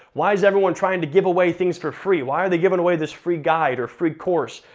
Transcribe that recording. why is everyone trying to give away things for free? why are they giving away this free guide? or free course?